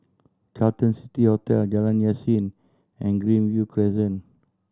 Carlton City Hotel Jalan Yasin and Greenview Crescent